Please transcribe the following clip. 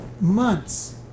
months